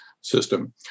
system